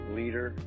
leader